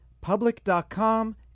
Public.com